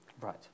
Right